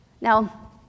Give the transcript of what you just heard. Now